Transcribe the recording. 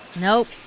Nope